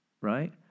right